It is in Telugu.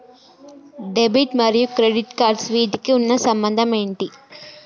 డెబిట్ మరియు క్రెడిట్ కార్డ్స్ వీటికి ఉన్న సంబంధం ఏంటి?